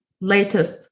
latest